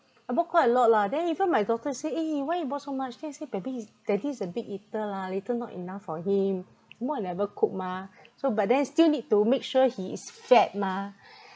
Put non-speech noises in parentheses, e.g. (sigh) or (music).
I bought quite a lot lah then even my daughter say eh eh why you bought so much then I say baby daddy is a big eater lah later not enough for him some more I never cook mah so but then still need to make sure he is fed mah (breath)